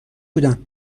بودم